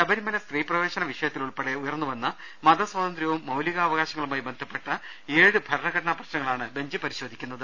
ശബരിമല് സ്ത്രീ പ്രവേശന വിഷയത്തിലുൾപ്പെടെ ഉയർന്നു പ്രെന്ന് മത സ്വാതന്ത്ര്യവും മൌലികാവകാശങ്ങളുമായി ബ്രസ്പ്പെട്ട ഏഴ് ഭരണഘടനാ പ്രശ്നങ്ങളാണ് ബെഞ്ച് പരിശോധിക്കുക